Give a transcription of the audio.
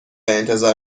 انتظار